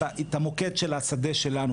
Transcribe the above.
המוקד של השדה שלנו.